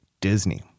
Disney